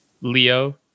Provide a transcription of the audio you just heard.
Leo